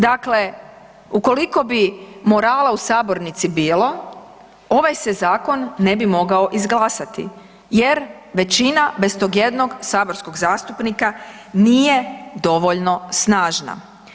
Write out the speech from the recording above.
Dakle, ukoliko bi morala u sabornici bilo, ovaj se zakon ne bi mogao izglasati jer većina bez tog jednog saborskog zastupnika, nije dovoljno snažna.